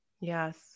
Yes